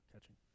catching